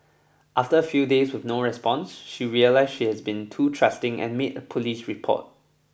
after a few days with no response she realised she has been too trusting and made a police report